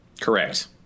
Correct